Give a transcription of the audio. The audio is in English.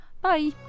Bye